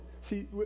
See